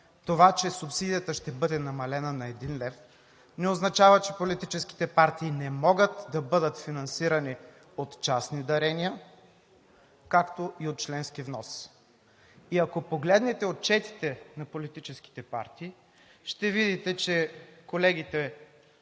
Това, че субсидията ще бъде намалена на един лев, не означава, че политическите партии не могат да бъдат финансирани от частни дарения, както и от членски внос. Ако погледнете отчетите на политическите партии, ще видите, че колегите